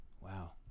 Wow